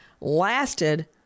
lasted